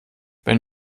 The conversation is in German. wenn